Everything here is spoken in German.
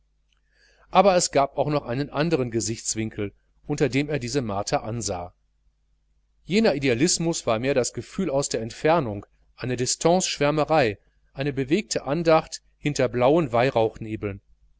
aber es gab auch noch einen andern gesichtswinkel unter dem er diese martha ansah jener idealismus war mehr das gefühl aus der entfernung eine distanceschwärmerei eine bewegte andacht hinter blauen